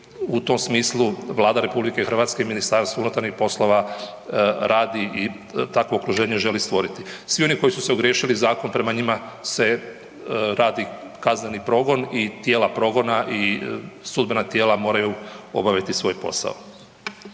u tom smislu Vlada RH i MUP radi i takvo okruženje žele stvoriti. Svi oni koji su se ogriješili o zakon prema njima se radi kazneni progon i tijela progona i sudbena tijela moraju obaviti svoj posao.